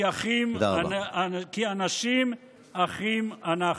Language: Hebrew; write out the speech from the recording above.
כי אנשים אחים אנחנו.